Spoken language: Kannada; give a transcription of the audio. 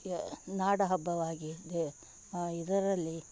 ಯಾ ನಾಡಹಬ್ಬವಾಗಿ ದೆ ಇದರಲ್ಲಿ